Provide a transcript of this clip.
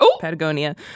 Patagonia